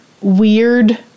weird